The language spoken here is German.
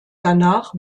danach